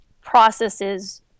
processes